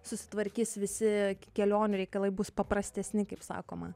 susitvarkys visi kelionių reikalai bus paprastesni kaip sakoma